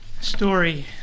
story